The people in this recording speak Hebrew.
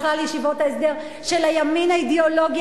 בכלל ישיבות ההסדר של הימין האידיאולוגי